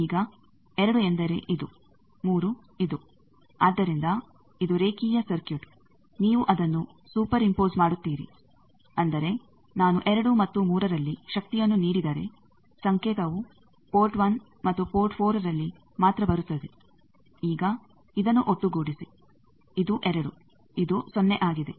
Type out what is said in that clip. ಈಗ 2 ಎಂದರೆ ಇದು 3 ಇದು ಆದ್ದರಿಂದ ಇದು ರೇಖೀಯ ಸರ್ಕ್ಯೂಟ್ ನೀವು ಅದನ್ನು ಸೂಪರ್ ಇಂಪೋಸ್ ಮಾಡುತ್ತೀರಿ ಅಂದರೆ ನಾನು 2 ಮತ್ತು 3 ರಲ್ಲಿ ಶಕ್ತಿಯನ್ನು ನೀಡಿದರೆ ಸಂಕೇತವು ಪೋರ್ಟ್ 1 ಮತ್ತು ಪೋರ್ಟ್ 4ರಲ್ಲಿ ಮಾತ್ರ ಬರುತ್ತದೆ ಈಗ ಇದನ್ನು ಒಟ್ಟುಗೂಡಿಸಿ ಇದು 2 ಇದು ಸೊನ್ನೆ ಆಗಿದೆ